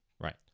right